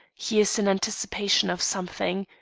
he is in anticipation of something.